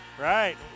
Right